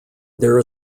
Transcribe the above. there